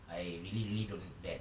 I really really don't that